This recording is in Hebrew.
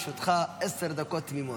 בבקשה, לרשותך עשר דקות תמימות.